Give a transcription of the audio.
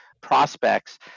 prospects